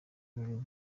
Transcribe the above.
ururimi